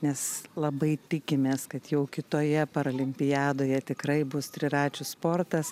nes labai tikimės kad jau kitoje paralimpiadoje tikrai bus triračių sportas